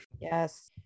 Yes